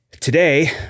today